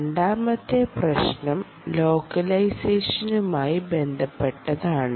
രണ്ടാമത്തെ പ്രശ്നം ലോക്കലൈസേഷനുമായി ബന്ധപ്പെട്ടതാണ്